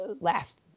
last